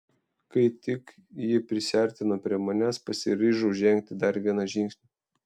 kai tik ji prisiartino prie manęs pasiryžau žengti dar vieną žingsnį